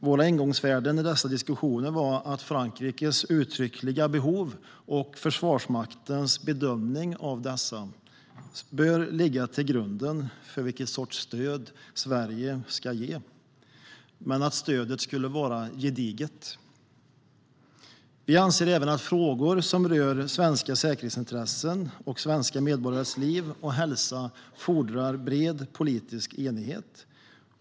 Våra ingångsvärden i dessa diskussioner var att Frankrikes uttryckliga behov och Försvarsmaktens bedömning av dessa bör ligga till grund för vilken sorts stöd Sverige ska ge men att stödet skulle vara gediget. Vi anser även att frågor som rör svenska säkerhetsintressen och svenska medborgares liv och hälsa fordrar bred politisk enighet.